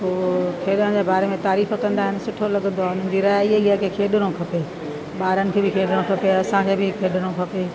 पोइ खेॾण जे बारे में तारीफ़ु कंदा आहिनि सुठो लॻंदो आहे मुंहिंजी राइ ईअं ई आहे कि खेॾणो खपे ॿारनि खे बि खेॾणो खपे असांखे बि खेॾणो खपे